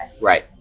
right